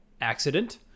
accident